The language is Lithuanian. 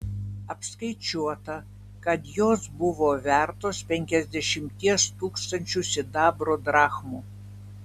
apskaičiuota kad jos buvo vertos penkiasdešimties tūkstančių sidabro drachmų